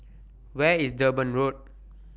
Where IS Durban Road